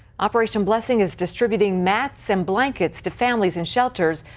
operation blessing is distributing mats and blankets to families in shelters.